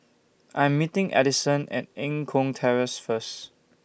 I Am meeting Adyson At Eng Kong Terrace First